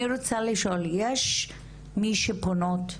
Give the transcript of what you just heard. אני רוצה לשאול, יש מי שפונות,